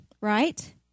right